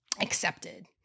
accepted